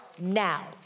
now